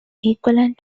equivalent